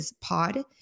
Pod